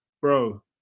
Bro